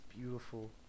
beautiful